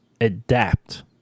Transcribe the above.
adapt